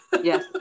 Yes